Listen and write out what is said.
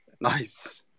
nice